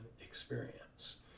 experience